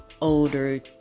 older